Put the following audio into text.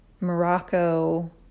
Morocco